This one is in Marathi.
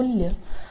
7V असेल